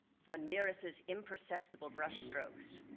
van mieris's imperceptible brushstrokes,